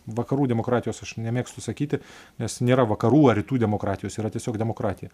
vakarų demokratijos aš nemėgstu sakyti nes nėra vakarų ar rytų demokratijos yra tiesiog demokratija